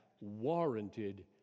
warranted